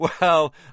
Well